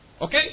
Okay